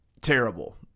terrible